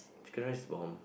chicken rice stall